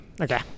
Okay